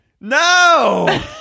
No